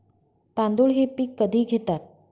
तांदूळ हे पीक कधी घेतात?